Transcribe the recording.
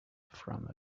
from